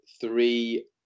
three